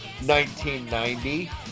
1990